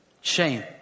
shame